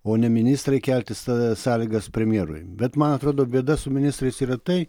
o ne ministrai kelti sa sąlygas premjerui bet man atrodo bėda su ministrais yra tai